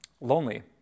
Lonely